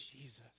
Jesus